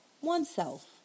oneself